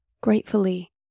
Gratefully